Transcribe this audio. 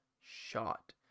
shot